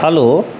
hello